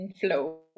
flow